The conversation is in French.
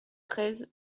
treize